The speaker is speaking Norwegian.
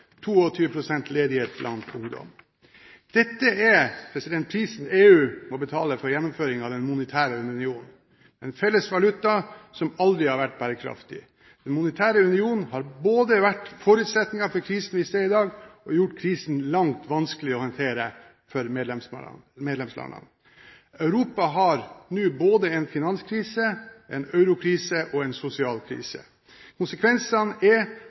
22 pst. ledighet blant ungdom. Dette er prisen EU må betale for gjennomføringen av den monetære union, med en felles valuta som aldri har vært bærekraftig. Den monetære unionen har både vært forutsetningen for krisen vi ser i dag, og gjort krisen langt vanskeligere å håndtere for medlemslandene. Europa har nå både en finanskrise, en eurokrise og en sosial krise. Konsekvensene er